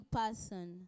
person